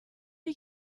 you